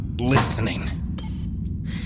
listening